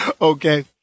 Okay